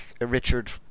Richard